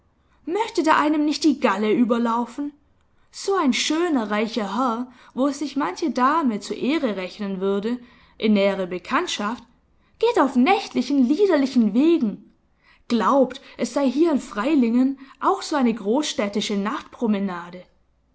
möchte da einem nicht die galle überlaufen so ein schöner reicher herr wo es sich manche dame zur ehre rechnen würde in nähere bekanntschaft geht auf nächtlichen liederlichen wegen glaubt es sei hier in freilingen auch so eine großstädtische